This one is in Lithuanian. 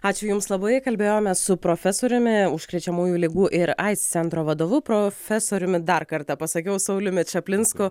ačiū jums labai kalbėjomės su profesoriumi užkrečiamųjų ligų ir aids centro vadovu profesoriumi dar kartą pasakiau sauliumi čaplinsku